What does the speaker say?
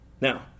Now